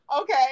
okay